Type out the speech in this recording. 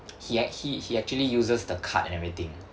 he ac~ he he actually uses the card and everything